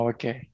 Okay